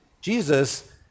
Jesus